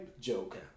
joke